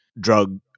drug